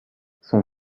son